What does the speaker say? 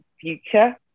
future